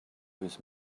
his